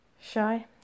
Shy